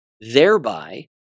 thereby